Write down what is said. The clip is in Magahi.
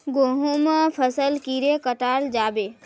गहुम फसल कीड़े कटाल जाबे?